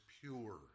pure